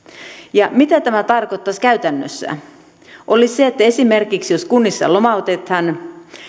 ja se mitä tämä tarkoittaisi käytännössä olisi se että esimerkiksi jos kunnissa lomautetaan